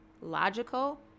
logical